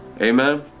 Amen